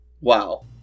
Wow